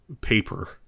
paper